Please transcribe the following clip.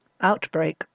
Outbreak